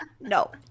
No